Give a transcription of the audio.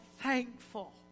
thankful